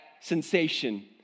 sensation